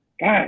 God